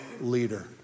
leader